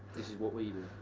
this is what we do.